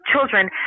children